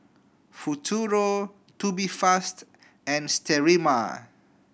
Futuro Tubifast and Sterimar